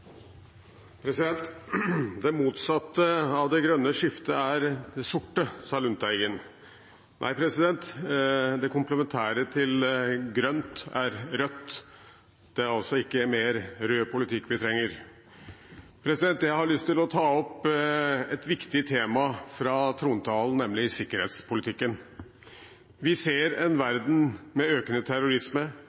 det sorte, sa Lundteigen. Nei, det komplementære til grønt er rødt. Det er altså ikke mer rød politikk vi trenger. Jeg har lyst til å ta opp et viktig tema fra trontalen, nemlig sikkerhetspolitikken. Vi ser en verden med økende terrorisme,